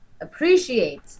appreciate